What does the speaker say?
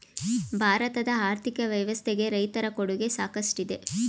ಭಾರತದ ಆರ್ಥಿಕ ವ್ಯವಸ್ಥೆಗೆ ರೈತರ ಕೊಡುಗೆ ಸಾಕಷ್ಟಿದೆ